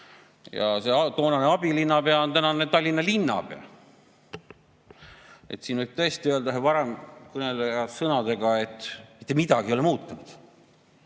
See toonane abilinnapea on tänane Tallinna linnapea. Siin võib tõesti öelda ühe varem kõnelenu sõnadega, et mitte midagi ei ole muutunud.